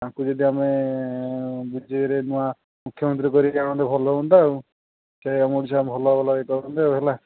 ତାଙ୍କୁ ଯଦି ଆମେ ବିଜେପିରେ ନୂଆ ମୁଖ୍ୟମନ୍ତ୍ରୀ କରିକି ଆଣନ୍ତେ ଭଲ ହୁଅନ୍ତା ଆଉ ସେ ଆମ ଓଡ଼ିଶାର ଭଲ ଭଲ ଇଏ କରନ୍ତେ ହେଲା